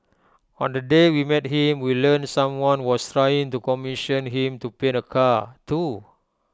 on the day we met him we learnt someone was trying to commission him to paint A car too